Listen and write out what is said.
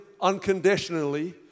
unconditionally